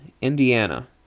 Indiana